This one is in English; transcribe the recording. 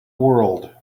world